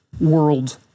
world